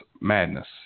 madness